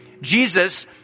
Jesus